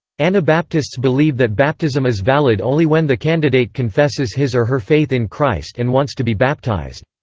anabaptists believe that baptism is valid only when the candidate confesses his or her faith in christ and wants to be baptized.